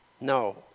No